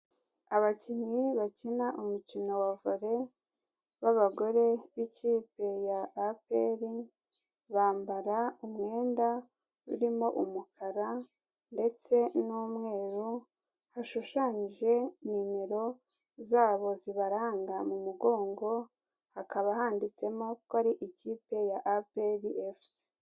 Abakinnyi bakina umukino wa Volley b'abagore b'ikipe ya APR, bambara umwenda urimo umukara ndetse n'umweru, hashushanyije nimero zabo zibaranga mu mugongo, hakaba handitsemo ko ari ikipe ya APR FC.